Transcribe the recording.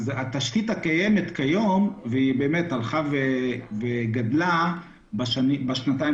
התשתית הקיימת כיום הלכה וגדלה בשנתיים